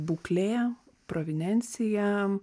būklė provinencija